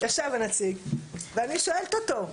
ישב שם הנציג, ואני שואלת אותו.